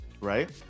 right